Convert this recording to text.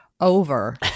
over